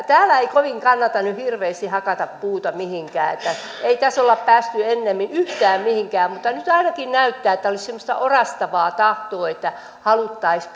täällä ei kovin kannata nyt hirveästi hakata puuta mihinkään ei tässä ole päästy ennemmin yhtään mihinkään mutta nyt ainakin näyttää että olisi semmoista orastavaa tahtoa että haluttaisiin